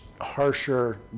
harsher